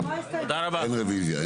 אין רוויזיה.